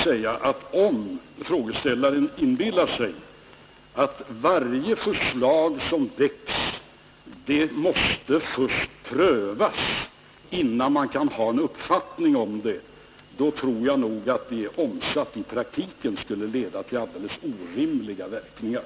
Jag vill emellertid säga att om varje förslag som väcks måste prövas innan man kan ha en uppfattning om det — vilket frågeställaren tycks inbilla sig — skulle det i praktiken leda till alldeles orimliga verkningar.